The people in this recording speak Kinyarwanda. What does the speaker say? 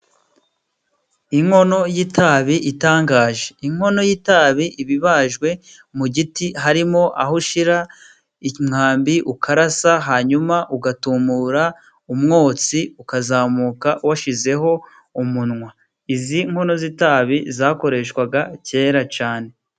Inkono y'itabi itangaje, inkono y'itabi iba ibajwe mu giti harimo aho ushyira umwambi ukarasa hanyuma ugatumura umwotsi, ukazamuka washyizeho umunwa. Izi nkono z'itabi zakoreshwaga kera cyane.